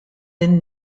lin